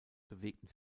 bewegten